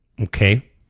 Okay